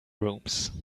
rooms